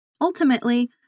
Ultimately